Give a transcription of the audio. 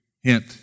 hint